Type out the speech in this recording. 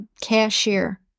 cashier